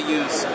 use